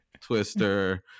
Twister